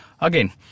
again